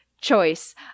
choice